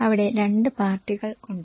അവിടെ രണ്ട് പാർട്ടികളുണ്ട്